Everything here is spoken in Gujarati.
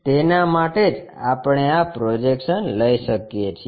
તેના માટે જ આપણે આ પ્રોજેક્શન લઈ શકીએ છીએ